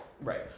Right